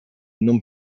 non